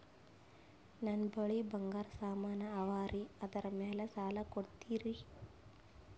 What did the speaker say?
ನನ್ನ ಬಳಿ ಬಂಗಾರ ಸಾಮಾನ ಅವರಿ ಅದರ ಮ್ಯಾಲ ಸಾಲ ಕೊಡ್ತೀರಿ?